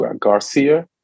Garcia